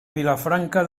vilafranca